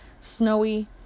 snowy